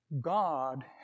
God